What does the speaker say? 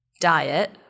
diet